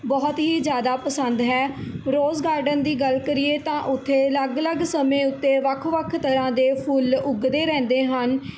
ਬਹੁਤ ਹੀ ਜ਼ਿਆਦਾ ਪਸੰਦ ਹੈ ਰੋਜ਼ ਗਾਰਡਨ ਦੀ ਗੱਲ ਕਰੀਏ ਤਾਂ ਉੱਥੇ ਅਲੱਗ ਅਲੱਗ ਸਮੇਂ ਉੱਤੇ ਵੱਖ ਵੱਖ ਤਰ੍ਹਾਂ ਦੇ ਫੁੱਲ ਉੱਗਦੇ ਰਹਿੰਦੇ ਹਨ